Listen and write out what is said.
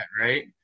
right